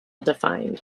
defined